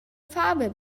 farbe